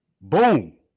boom